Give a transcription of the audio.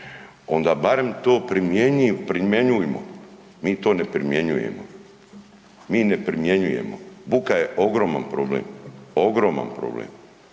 onda barem to primjenjujmo. Mi to ne primjenjujemo. Mi ne primjenjujemo. Buka je ogroman problem, ogroman problem.